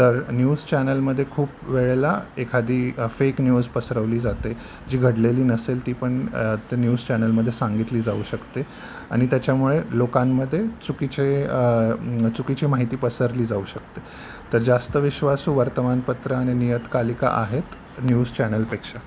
तर न्यूज चॅनलमध्ये खूप वेळेला एखादी फेक न्यूज पसरवली जाते जी घडलेली नसेल ती पण ते न्यूज चॅनलमध्ये सांगितली जाऊ शकते आणि त्याच्यामुळे लोकांमध्ये चुकीचे चुकीची माहिती पसरली जाऊ शकते तर जास्त विश्वासू वर्तमानपत्र आणि नियकालिक आहेत न्यूज चॅनलपेक्षा